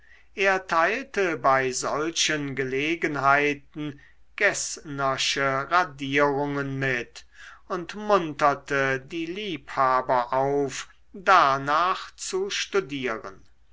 er teilte bei solchen gelegenheiten geßnersche radierungen mit und munterte die liebhaber auf darnach zu studieren